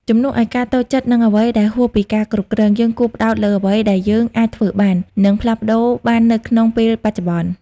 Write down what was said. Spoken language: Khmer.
ជំនួសឱ្យការតូចចិត្តនឹងអ្វីដែលហួសពីការគ្រប់គ្រង យើងគួរផ្តោតលើអ្វីដែលយើងអាចធ្វើបាន និងផ្លាស់ប្តូរបាននៅក្នុងពេលបច្ចុប្បន្ន។